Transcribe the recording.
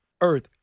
Earth